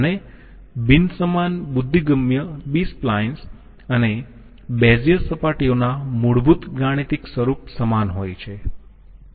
અને બિન સમાન બુદ્ધિગમ્ય બી સ્પ્લાઈન્સ અને બેઝિયર સપાટીઓના મૂળભૂત ગાણિતિક સ્વરૂપ સમાન હોય છે